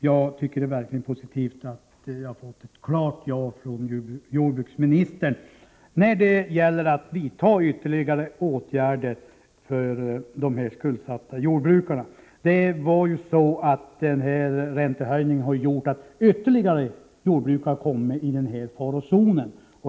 Jag tycker att det verkligen är positivt att jag fått ett klart ja från jordbruksministern beträffande frågan om ytterligare åtgärder för de skuldsatta jordbrukarna. Räntehöjningen har ju gjort att ytterligare jordbrukare kommer i farozonen.